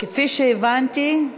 כפי שהבנתי,